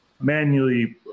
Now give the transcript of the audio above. manually